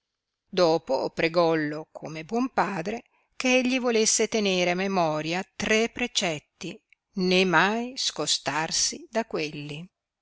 dopo pregollo come buon padre che egli volesse tenere a memoria tre precetti né mai scostarsi da quelli